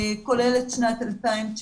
כולל בשנת 2019,